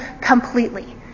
completely